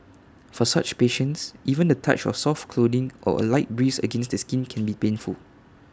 for such patients even the touch of soft clothing or A light breeze against the skin can be painful